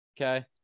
Okay